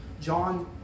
John